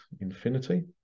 infinity